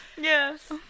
yes